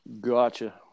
gotcha